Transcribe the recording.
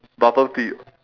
bubble tea